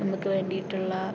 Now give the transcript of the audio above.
നമുക്ക് വേണ്ടിയിട്ടുള്ള